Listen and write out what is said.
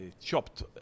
chopped